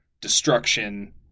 destruction